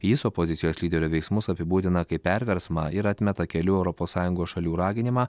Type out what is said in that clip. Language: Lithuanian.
jis opozicijos lyderio veiksmus apibūdina kaip perversmą ir atmeta kelių europos sąjungos šalių raginimą